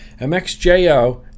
MXJO